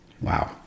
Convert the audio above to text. Wow